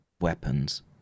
weapons